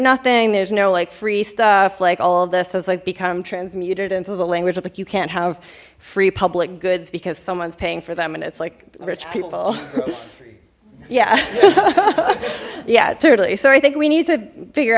nothing there's no like free stuff like all of this has like become transmuted into the language like you can't have free public goods because someone's paying for them and it's like rich people yeah yeah totally so i think we need to figure